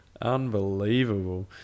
Unbelievable